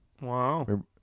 Wow